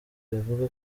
rivuga